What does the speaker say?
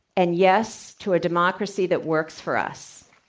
and yes, to a democracy that works for us.